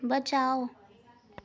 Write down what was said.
बचाओ